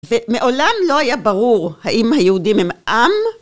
ומעולם לא היה ברור האם היהודים הם עם